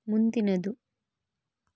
ಮುಂದಿನದು